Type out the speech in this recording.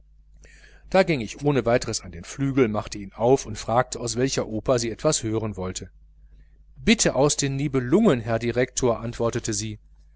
da ging ich ohne weiteres an das instrument machte es auf und fragte aus welcher oper sie etwas hören wollte bitte etwas aus den nibelungen herr direktor antwortete sie